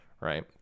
right